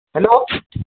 hello